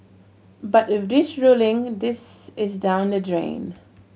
but with this ruling this is down the drain